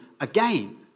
again